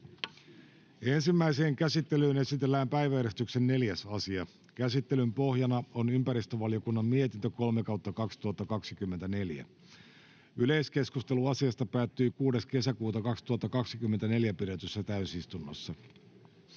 Ensimmäiseen käsittelyyn esitellään päiväjärjestyksen 4. asia. Käsittelyn pohjana on ympäristövaliokunnan mietintö YmVM 3/2024 vp. Yleiskeskustelu asiasta päättyi 6.6.2024 pidetyssä täysistunnossa.